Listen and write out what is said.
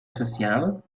social